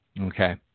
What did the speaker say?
Okay